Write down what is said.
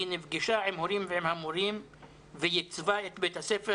היא נפגשה עם ההורים ועם המורים וייצבה את בית הספר,